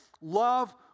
Love